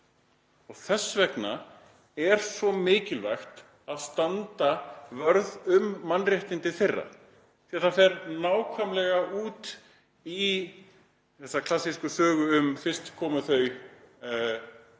Þess vegna er svo mikilvægt að standa vörð um mannréttindi þeirra, því að það fer nákvæmlega út í þessa klassísku sögu: Fyrst komu þau og náðu